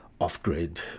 off-grid